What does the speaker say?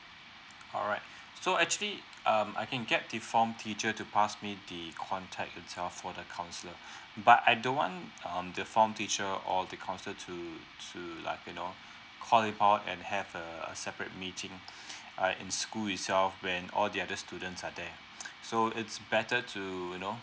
alright so actually um I can get the form teacher to pass me the contact itself for the counsellor but I don't want um the form teacher or the counsellor to to like you know call him out and have a a separate meeting uh in school itself when all the other students are there so it's better to you know